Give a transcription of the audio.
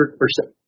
percent